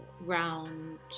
round